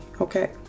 Okay